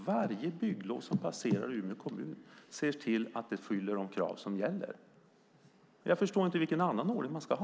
Varje bygglov som passerar Umeå kommun uppfyller de krav som gäller. Jag förstår inte vilken annan ordning man ska ha.